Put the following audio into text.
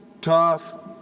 tough